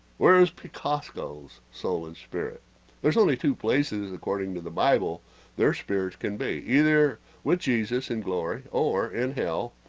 where's picasso's soul and spirit there's only two places according to the bible their spirit can be either with jesus in glory or in hell